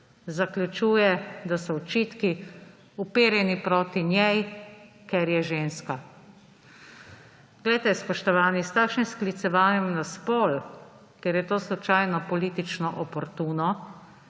zaključuje, da so očitki uperjeni proti njej, ker je ženska. Poglejte, spoštovani, s takšnim sklicevanjem na spol, ker je to slučajno politično oportuno,